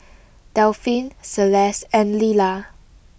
Delphin Celeste and Lilla